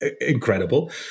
incredible